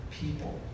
people